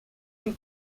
new